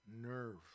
nerve